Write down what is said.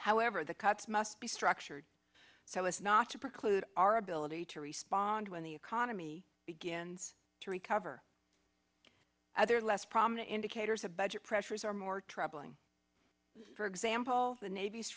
however the cuts must be structured tell us not to preclude our ability to respond when the economy begins to recover other less prominent indicators of budget pressures are more troubling for example the navy's